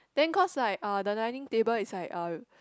then cause like uh the dining table is like uh